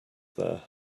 there